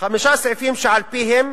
חמישה סעיפים שעל-פיהם,